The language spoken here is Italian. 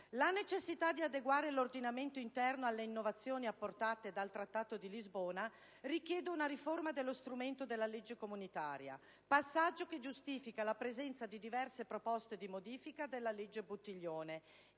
La necessità di adeguare l'ordinamento interno alle innovazioni apportate dal Trattato di Lisbona, richiede una riforma dello strumento della legge comunitaria, passaggio che giustifica la presenza di diverse proposte di modifica della legge Buttiglione